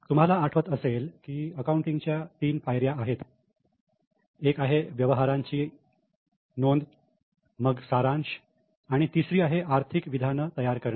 तुम्हाला आठवत असेल की अकाउंटिंगच्या तीन पायऱ्या आहेत एक आहे व्यवहारांच्या नोंदी मग सारांश आणि तिसरी आहे आर्थिक विधान तयार करणे